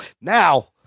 now